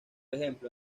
ejemplo